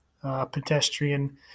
pedestrian